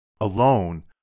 Alone